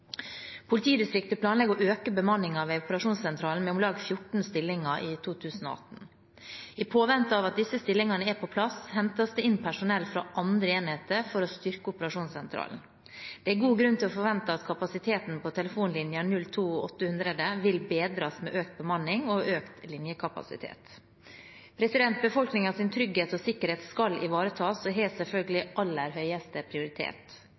Politidistriktet planlegger å øke bemanningen ved operasjonssentralen med om lag 14 stillinger i 2018. I påvente av at disse stillingene er på plass, hentes det inn personell fra andre enheter for å styrke operasjonssentralen. Det er god grunn til å forvente at kapasiteten på telefonlinjen 02800 vil bedres med økt bemanning og økt linjekapasitet. Befolkningens trygghet og sikkerhet skal ivaretas, og har selvfølgelig aller høyeste prioritet.